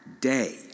day